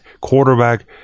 quarterback